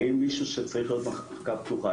האם מישהו שצריך להיות במחלקה פתוחה,